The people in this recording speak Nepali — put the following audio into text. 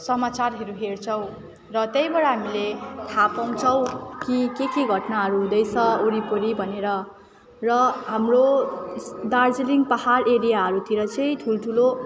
समाचारहरू हेर्छौँ र त्यहीबाट हामीले थाह पाउँछौँ कि के के घटनाहरू हुँदैछ वरिपरि भनेर र हाम्रो दार्जिलिङ पाहाड एरियाहरूतिर चाहिँ ठुल ठुलो